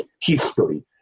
history